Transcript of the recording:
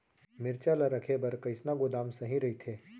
मिरचा ला रखे बर कईसना गोदाम सही रइथे?